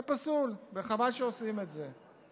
זה פסול, וחבל שעושים את זה.